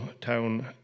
town